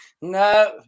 no